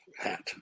hat